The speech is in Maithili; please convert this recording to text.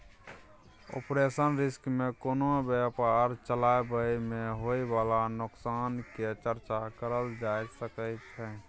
ऑपरेशनल रिस्क में कोनो व्यापार चलाबइ में होइ बाला नोकसान के चर्चा करल जा सकइ छइ